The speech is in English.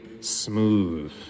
smooth